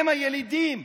הם הילידים.